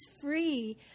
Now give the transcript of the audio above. free